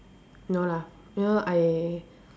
no lah you know I